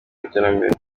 iterambere